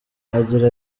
agira